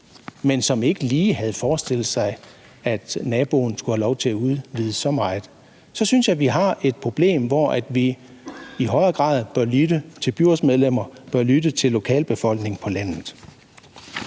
nok ikke lige forestillet sig, at naboen skulle have lov til at udvide så meget. Så synes jeg, at vi har et problem, og at vi i højere grad bør lytte til byrådsmedlemmerne og lokalbefolkningen på landet.